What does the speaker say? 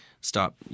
stop